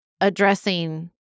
addressing